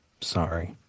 Sorry